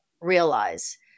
realize